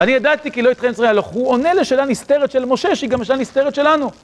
אני ידעתי כי לא ייתן אתכם מלך מצרים להלוך, הוא עונה לשאלה נסתרת של משה, שהיא גם שאלה נסתרת שלנו.